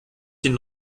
den